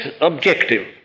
objective